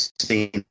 seen